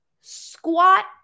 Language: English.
squat